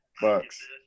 Bucks